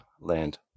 Land